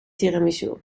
tiramisu